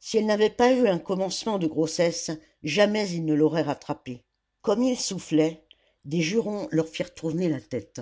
si elle n'avait pas eu un commencement de grossesse jamais ils ne l'auraient rattrapée comme ils soufflaient des jurons leur firent tourner la tête